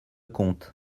compte